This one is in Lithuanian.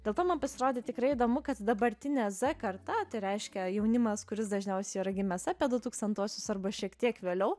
dėl to man pasirodė tikrai įdomu kad dabartinė karta tai reiškia jaunimas kuris dažniausiai yra gimęs apie du tūkstantuosius arba šiek tiek vėliau